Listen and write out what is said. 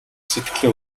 сэтгэлээ